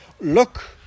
look